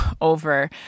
over